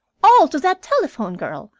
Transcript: all to that telephone-girl,